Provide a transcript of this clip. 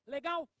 Legal